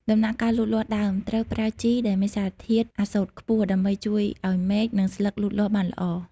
ដំណាក់កាលលូតលាស់ដើម ត្រូវប្រើជីដែលមានសារធាតុ អាសូតខ្ពស់ ដើម្បីជួយឱ្យមែក និងស្លឹកលូតលាស់បានល្អ។